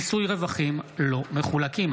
(מיסוי רווחים לא מחולקים),